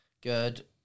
Good